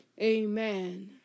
amen